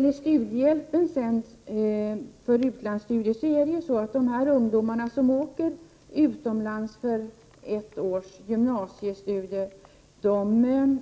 Med studiehjälpen för utlandsstudier förhåller det sig så, att de ungdomar som åker utomlands för ett års gymnasiestudier